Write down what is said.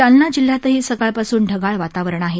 जालना जिल्ह्यातही सकाळपासून ढगाळ वातावरण आहे